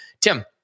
Tim